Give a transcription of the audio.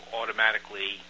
automatically